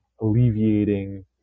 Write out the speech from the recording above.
alleviating